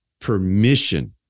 permission